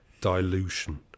dilution